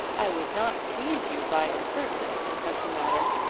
i would not tease you by impertinence in such a matter.